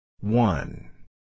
One